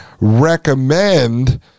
recommend